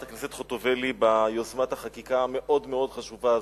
הכנסת חוטובלי ביוזמת החקיקה המאוד חשובה הזאת,